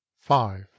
Five